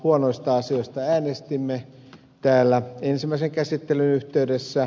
huonoista asioista äänestimme täällä ensimmäisen käsittelyn yhteydessä